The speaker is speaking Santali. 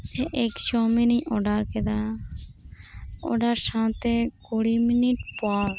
ᱮᱜᱽ ᱪᱚᱣᱢᱤᱱᱤᱧ ᱚᱰᱟᱨ ᱠᱮᱫᱟ ᱚᱰᱟᱨ ᱥᱟᱶᱛᱮ ᱠᱩᱲᱤ ᱢᱤᱱᱤᱴ ᱯᱚᱨ